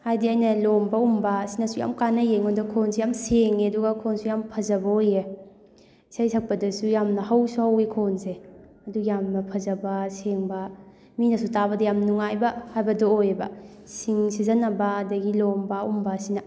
ꯍꯥꯏꯗꯤ ꯑꯩꯅ ꯂꯣꯝꯕ ꯎꯝꯕ ꯑꯁꯤꯅꯁꯨ ꯌꯥꯝ ꯀꯥꯟꯅꯩꯌꯦ ꯑꯩꯉꯣꯟꯗ ꯈꯣꯟꯁꯨ ꯌꯥꯝ ꯁꯦꯡꯉꯦ ꯑꯗꯨꯒ ꯈꯣꯟꯁꯨ ꯌꯥꯝ ꯐꯖꯕ ꯑꯣꯏꯌꯦ ꯏꯁꯩ ꯁꯛꯄꯗꯁꯨ ꯌꯥꯝꯅ ꯍꯧꯁꯨ ꯍꯧꯋꯤ ꯈꯣꯟꯁꯦ ꯑꯗꯨ ꯌꯥꯝꯅ ꯐꯖꯕ ꯁꯦꯡꯕ ꯃꯤꯅꯁꯨ ꯇꯥꯥꯕꯗ ꯌꯥꯝ ꯅꯨꯡꯉꯥꯏꯕ ꯍꯥꯏꯕꯗꯣ ꯑꯣꯏꯌꯦꯕ ꯁꯤꯡ ꯁꯤꯖꯟꯅꯕ ꯑꯗꯒꯤ ꯂꯣꯝꯕ ꯎꯝꯕ ꯑꯁꯤꯅ